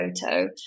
photo